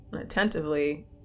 attentively